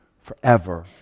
forever